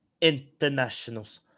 internationals